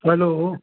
hello